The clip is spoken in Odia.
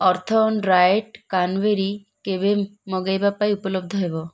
ଆର୍ଥ୍ଅନ୍ ଡ୍ରାଏଡ଼୍ କ୍ରାନ୍ବେରୀ କେବେ ମଗାଇବା ପାଇଁ ଉପଲବ୍ଧ ହେବ